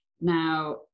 Now